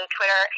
Twitter